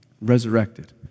resurrected